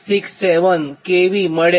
867 kV મળે